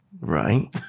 right